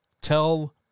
Tell